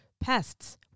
pests